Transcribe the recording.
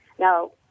Now